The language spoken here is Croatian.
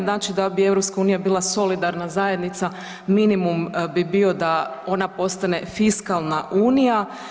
Znači da bi EU bila solidarna zajednica minimum bi bio da ona postane fiskalna unija.